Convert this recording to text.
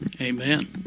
amen